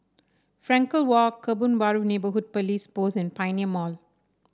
Frankel Walk Kebun Baru Neighbourhood Police Post and Pioneer Mall